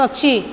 पक्षी